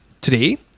today